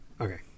Okay